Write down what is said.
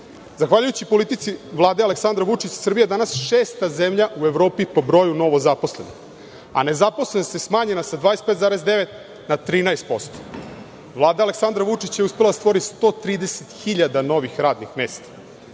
evra. Zahvaljujući politici Vlade Aleksandra Vučića, Srbija je danas šesta zemlja u Evropi po broju novozaposlenih, a nezaposlenost smanjena sa 25,9% na 13%.Vlada Aleksandra Vučića je uspela da stvori 130 hiljada novih radnih mesta,